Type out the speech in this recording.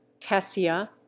cassia